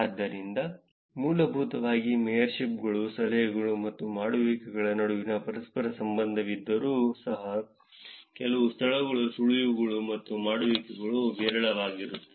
ಆದ್ದರಿಂದ ಮೂಲಭೂತವಾಗಿ ಮೇಯರ್ಶಿಪ್ಗಳು ಸಲಹೆಗಳು ಮತ್ತು ಮಾಡುವಿಕೆಗಳ ನಡುವೆ ಪರಸ್ಪರ ಸಂಬಂಧವಿದ್ದರೂ ಸಹ ಕೆಲವು ಸ್ಥಳಗಳು ಸುಳಿವುಗಳು ಮತ್ತು ಮಾಡುವಿಕೆಗಳಿಗೆ ವಿರಳವಾಗಿರುತ್ತವೆ